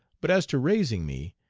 but as to raising me,